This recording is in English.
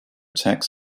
tax